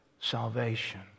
Salvation